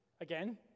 again